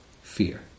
fear